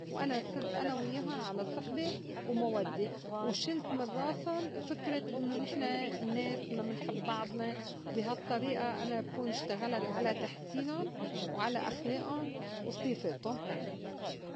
وأنا صرت أنا ويّاهُن على صحبة ومودّة وشلت من راسُن فِكرة إنّو نحن ناس ما منحب بعضنا بي هال طّريقة أنا بكون اشتغلت على تحسينٌ وعلى أخلائهن وصِفاتُهن.